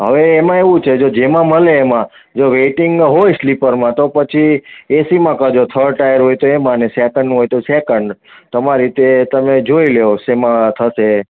હવે એમાં એવું છે કે જો જેમાં મળે એમાં જો વેટિંગ હોય સ્લીપરમાં તો પછી એસીમાં કરજો થડ ટાયર હોય તો એમાં ને સેકન્ડનું હોય તો સેકન્ડ તમારી રીતે તમે જોઈ લો શેમાં થશે